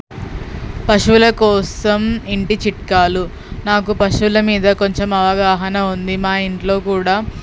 పశువుల కోసం ఇంటి చిట్కాలు నాకు పశువుల మీద కొంచెం అవగాహన ఉంది మా ఇంట్లో కూడా